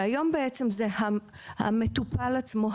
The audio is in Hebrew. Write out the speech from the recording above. והיום זה המטופל עצמו,